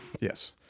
Yes